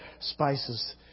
spices